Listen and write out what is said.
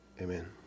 amen